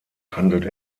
handelt